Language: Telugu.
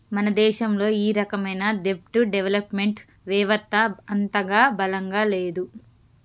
మన దేశంలో ఈ రకమైన దెబ్ట్ డెవలప్ మెంట్ వెవత్త అంతగా బలంగా లేదు